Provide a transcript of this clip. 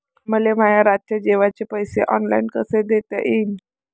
मले माया रातचे जेवाचे पैसे ऑनलाईन कसे देता येईन?